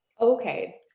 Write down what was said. Okay